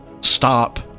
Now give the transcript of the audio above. stop